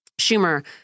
schumer